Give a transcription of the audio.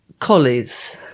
Collies